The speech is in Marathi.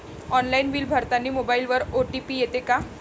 ऑनलाईन बिल भरतानी मोबाईलवर ओ.टी.पी येते का?